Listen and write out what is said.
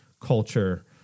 culture